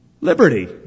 Liberty